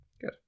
Good